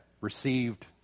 received